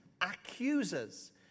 Accusers